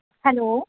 hello